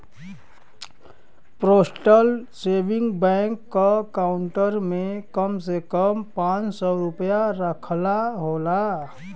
postal saving bank क account में कम से कम पांच सौ रूपया रखना होला